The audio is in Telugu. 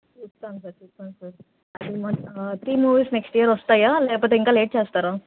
చూస్తాము సార్ చూస్తాము sir and one three movies next year వస్తాయా లేకపోతే ఇంకా లేట్ చేస్తారా